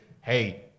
hey